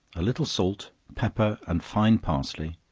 a little salt, pepper, and fine parsley,